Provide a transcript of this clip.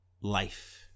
life